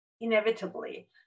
inevitably